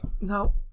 No